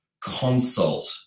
consult